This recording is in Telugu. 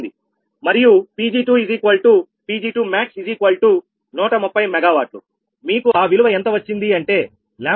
మరియు 𝑃𝑔2𝑃𝑔2𝑚ax130 𝑀W మీకు ఆ విలువ ఎంత వచ్చింది అంటే 𝜆78